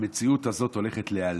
המציאות הזאת הולכת להיעלם,